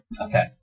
okay